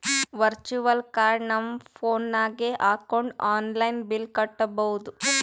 virtual card ನಮ್ phone ನಾಗ್ ಹಾಕೊಂಡ್ ಆನ್ಲೈನ್ ಬಿಲ್ ಕಟ್ಟಬೋದು